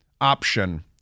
option